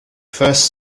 first